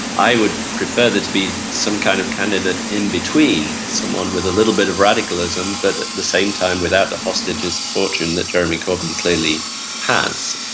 i would prefer this be some kind of candidate in between, someone with a little bit of radicalism but at the same time without the hostages to fortune that jeremy corbyn clearly has.